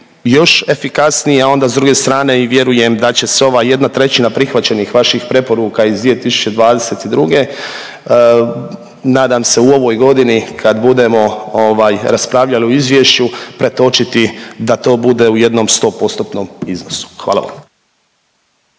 još efikasniji, a onda s druge strane i vjerujem da će se ova 1/3 prihvaćenih vaših preporuka iz 2022. nadam se u ovoj godini kad budemo raspravljali o izvješću pretočiti da to bude u jednom sto postotnom iznosu. Hvala vam.